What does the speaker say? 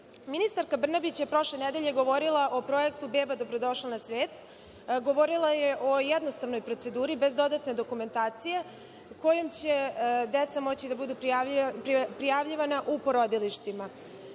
Ministarka Brnabić je prošle nedelje govorila o Projektu „Beba dobrodošla na svet“, govorila je o jednostavnoj proceduri, bez dodatne dokumentacije, kojom će deca moći da budu prijavljivana u porodilištima. Uz